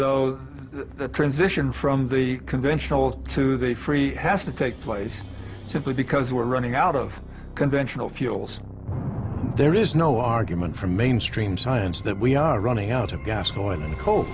though the transition from the conventional to the free has to take place simply because we're running out of conventional fuels there is no argument from mainstream science that we are running out of gas and oil and co